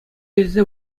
илсе